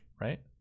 right